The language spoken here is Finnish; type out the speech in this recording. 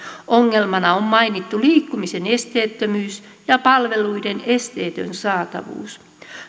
ongelmana on mainittu liikkumisen esteettömyys ja palveluiden esteetön saatavuus